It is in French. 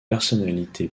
personnalités